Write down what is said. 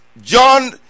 John